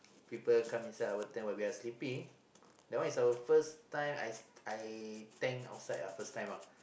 people come inside our tent when we are sleeping that one is our first time I I tent outside first time ah